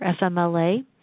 FMLA